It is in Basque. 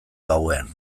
gauean